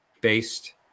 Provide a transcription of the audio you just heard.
based